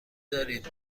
دارید